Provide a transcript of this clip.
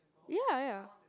ya ya